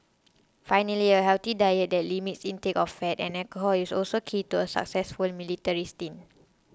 finally a healthy diet that limits intake of fat and alcohol is also key to a successful military stint